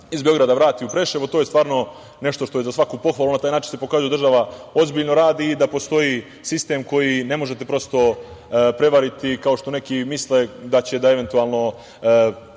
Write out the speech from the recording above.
iz Beograda vrati u Preševo. To je stvarno nešto što je za svaku pohvalu. Na taj način se pokazalo da država ozbiljno radi i da postoji sistem koji ne možete prosto prevariti kao što neki misle da će eventualno